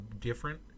different